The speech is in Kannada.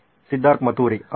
ಸಿದ್ಧಾರ್ಥ್ ಮತುರಿ ಹೌದು